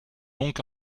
donc